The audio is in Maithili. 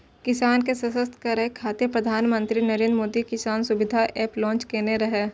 किसान के सशक्त करै खातिर प्रधानमंत्री नरेंद्र मोदी किसान सुविधा एप लॉन्च केने रहै